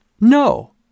No